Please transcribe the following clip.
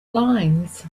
lines